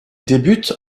débute